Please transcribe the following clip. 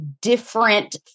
different